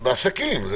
זה